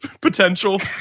potential